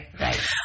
Right